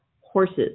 horses